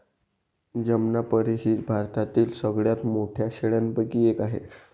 जमनापरी ही भारतातील सगळ्यात मोठ्या शेळ्यांपैकी एक आहे